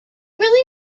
really